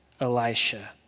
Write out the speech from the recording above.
Elisha